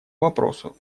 вопросу